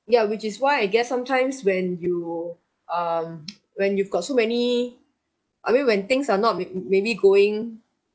ya which is why I guess sometimes when you um when you've got so many I mean when things are not may maybe going